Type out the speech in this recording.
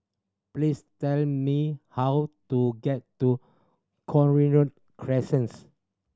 please tell me how to get to Cochrane Crescent